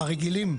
הרגילים.